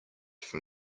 from